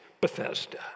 Bethesda